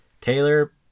Taylor